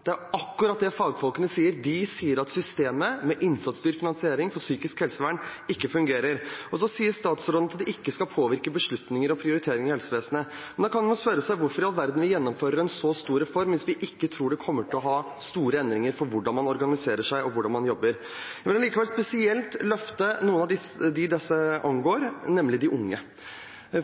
det er akkurat det fagfolkene sier – de sier at systemet med innsatsstyrt finansiering for psykisk helsevern ikke fungerer. Og så sier statsråden at det ikke skal påvirke beslutninger og prioriteringer i helsevesenet. Man kan spørre seg hvorfor i all verden man gjennomfører en så stor reform hvis man ikke tror det kommer til å bli store endringer når det gjelder hvordan man organiserer seg, og hvordan man jobber. Jeg vil spesielt løfte noen av dem dette angår, nemlig de unge.